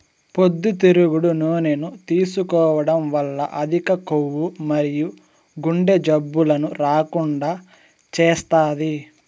పొద్దుతిరుగుడు నూనెను తీసుకోవడం వల్ల అధిక కొవ్వు మరియు గుండె జబ్బులను రాకుండా చేస్తాది